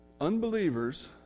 Unbelievers